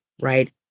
right